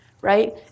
right